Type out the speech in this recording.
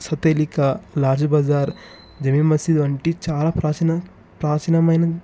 సతేలికా లాజ్ బజార్ జమీ మసీదు వంటి చాలా ప్రాచీన ప్రాచీనమైన